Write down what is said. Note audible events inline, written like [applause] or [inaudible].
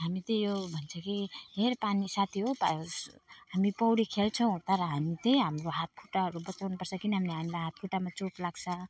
हामी चाहिँ यो भन्छ कि हेर पानी साथी हो [unintelligible] हामी पौडी खेल्छौँ तर हामी त्यही हाम्रो हातखुट्टाहरू बचाउनु पर्छ किनभने हामीलाई हातखुट्टामा चोट लाग्छ